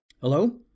Hello